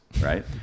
Right